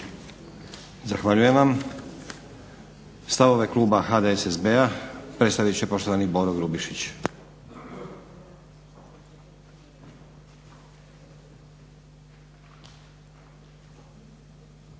Zahvaljujem vam. Stavove kluba HDSSB-a predstavit će poštovani Boro Grubišić.